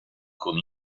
con